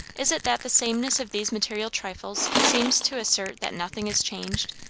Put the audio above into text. is it that the sameness of these material trifles seems to assert that nothing is changed,